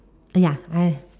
ya I have